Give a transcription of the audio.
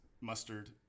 mustard